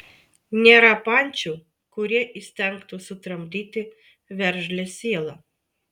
nėra pančių kurie įstengtų sutramdyti veržlią sielą